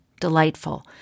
delightful